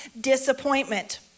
disappointment